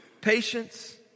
patience